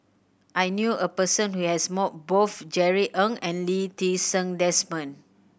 I knew a person who has met both Jerry Ng and Lee Ti Seng Desmond